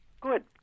Good